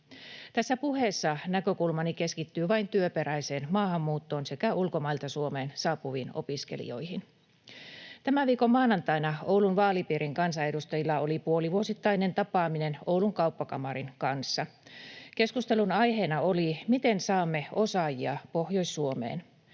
Tässä puheessa näkökulmani keskittyy vain työperäiseen maahanmuuttoon sekä ulkomailta Suomeen saapuviin opiskelijoihin. Tämän viikon maanantaina Oulun vaalipiirin kansanedustajilla oli puolivuosittainen tapaaminen Oulun kauppakamarin kanssa. Keskustelun aiheena oli, miten saamme osaajia Pohjois-Suomeen.